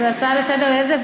אז הצעה לסדר-היום,